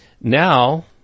Now